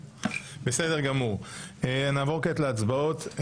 נעבור כעת להצבעות.